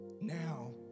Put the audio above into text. now